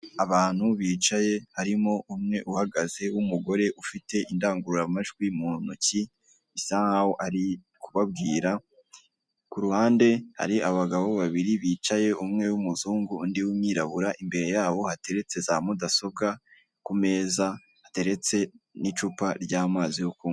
Abantu bicaye harimo umwe uhagaze w'umugore ufite indangururamajwi mu ntoki, bisa nkaho ari kubabwira, ku ruhande hari abagabo babiri bicaye umwe w'umuzungu undi w'umwirabura, imbere yabo hateretse za mudasobwa ku meza hateretse n'icupa ry'amazi yo kunywa.